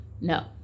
No